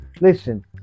listen